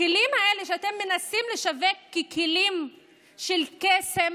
הכלים האלה שאתם מנסים לשווק ככלים של קסם,